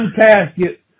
casket